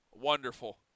Wonderful